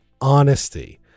honesty